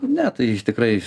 ne tai tikrai